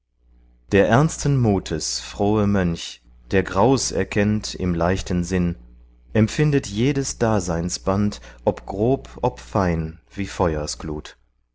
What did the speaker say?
der ernsten mutes frohe mönch der graus erkennt im leichten sinn empfindet jedes daseinsband ob grob ob fein wie